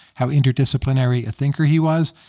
how interdisciplinary a thinker he was.